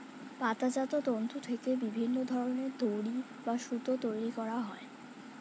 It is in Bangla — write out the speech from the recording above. পাতাজাত তন্তু থেকে বিভিন্ন ধরনের দড়ি বা সুতো তৈরি করা হয়